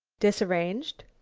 disarranged?